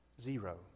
Zero